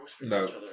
no